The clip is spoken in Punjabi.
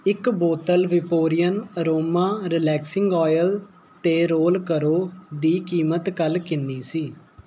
ਇੱਕ ਬੋਤਲ ਵੀਪੋਰੀਅਨ ਅਰੋਮਾ ਰਿਲੈਕਸਿੰਗ ਓਇਲ ਅਤੇ ਰੋਲ ਕਰੋ ਦੀ ਕੀਮਤ ਕੱਲ੍ਹ ਕਿੰਨੀ ਸੀ